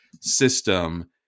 system